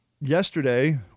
Yesterday